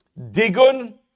Digun